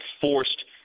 forced